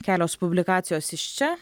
kelios publikacijos iš čia